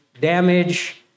damage